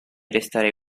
restare